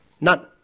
None